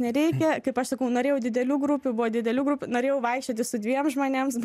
nereikia kaip aš sakau norėjau didelių grupių buvo didelių grupių norėjau vaikščioti su dviem žmonėms